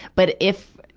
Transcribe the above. but if,